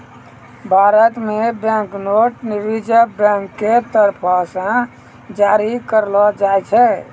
भारत मे bank note reserve bank के तरफो से जारी करलो जाय छै